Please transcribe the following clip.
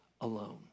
alone